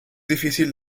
difícil